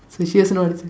also know how to say